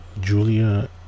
Julia